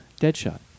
Deadshot